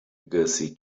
gussie